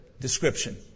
description